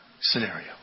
scenario